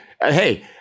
hey